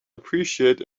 appreciate